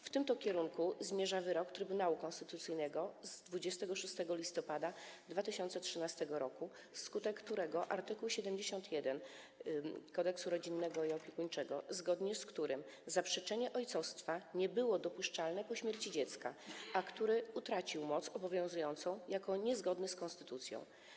W tym to kierunku zmierza wyrok Trybunału Konstytucyjnego z 26 listopada 2013 r., wskutek którego art. 71 Kodeksu rodzinnego i opiekuńczego, zgodnie z którym zaprzeczenie ojcostwa nie było dopuszczalne po śmierci dziecka, utracił moc obowiązującą jako niezgodny z konstytucją.